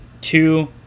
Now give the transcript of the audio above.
two